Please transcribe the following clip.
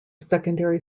secondary